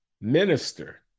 minister